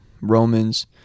Romans